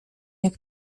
jak